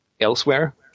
elsewhere